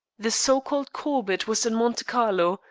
the so-called corbett was in monte carlo,